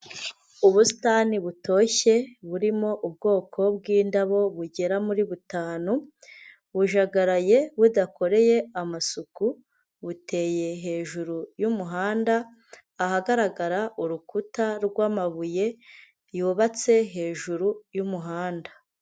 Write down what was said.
Ubusitani butoshye, burimo ubwoko bw'indabo bugera muri butanu. Bujagaraye budakoreye amasuku. Buteye hejuru y'umuhanda, ahagaragara urukuta rwamabuye, yubatse hejuru y'umuhanda.